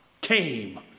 came